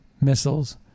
missiles